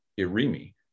irimi